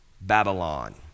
Babylon